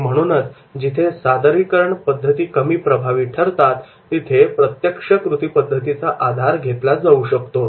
आणि म्हणूनच जिथे सादरीकरण पद्धती कमी प्रभावी ठरतात तिथे प्रत्यक्ष कृती पद्धतीचा आधार घेतला जाऊ शकतो